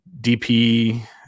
dp